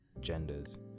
genders